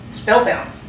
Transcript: Spellbound